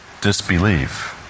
disbelieve